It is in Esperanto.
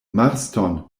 marston